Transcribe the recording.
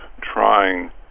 trying